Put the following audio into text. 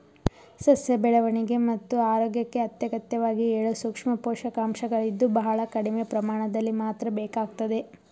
ಸಸ್ಯ ಬೆಳವಣಿಗೆ ಮತ್ತು ಆರೋಗ್ಯಕ್ಕೆ ಅತ್ಯಗತ್ಯವಾಗಿ ಏಳು ಸೂಕ್ಷ್ಮ ಪೋಷಕಾಂಶಗಳಿದ್ದು ಬಹಳ ಕಡಿಮೆ ಪ್ರಮಾಣದಲ್ಲಿ ಮಾತ್ರ ಬೇಕಾಗ್ತದೆ